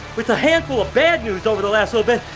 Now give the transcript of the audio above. with the handful of bad news over the last little bit,